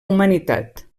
humanitat